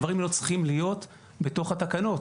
הדברים האלה לא צריכים להיות בתוך התקנות.